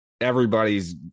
everybody's